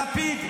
לפיד,